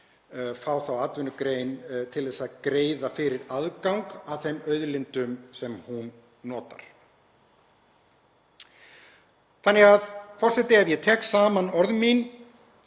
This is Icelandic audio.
fá þá atvinnugrein til að greiða fyrir aðgang að þeim auðlindum sem hún notar? Forseti. Ef ég tek saman orð mín